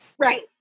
Right